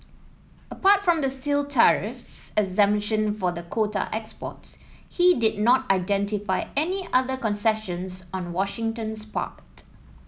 apart from the steel tariffs exemption for the quota exports he did not identify any other concessions on Washington's part